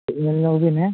ᱠᱟᱹᱡ ᱧᱮᱞᱧᱚᱜᱵᱮᱱ ᱦᱮᱸ